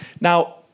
Now